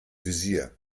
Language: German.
visier